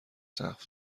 سقف